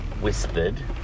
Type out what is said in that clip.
whispered